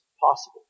possible